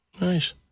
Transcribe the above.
Nice